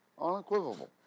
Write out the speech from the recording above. Unequivocal